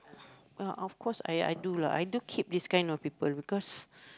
uh of course I I do lah I do keep this kind of people because